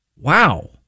Wow